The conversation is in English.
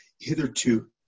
hitherto